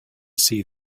see